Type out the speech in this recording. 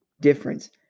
difference